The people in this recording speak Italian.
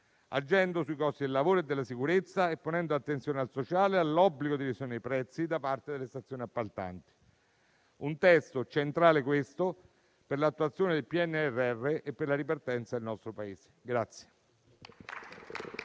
agendo sui costi del lavoro e della sicurezza e ponendo attenzione al sociale e all'obbligo di revisione dei prezzi da parte delle stazioni appaltanti. È un testo centrale, questo, per l'attuazione del PNRR e per la ripartenza del nostro Paese.